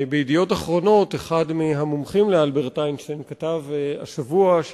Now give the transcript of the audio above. אחד מהמומחים לאלברט איינשטיין כתב השבוע ב"ידיעות אחרונות",